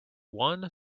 one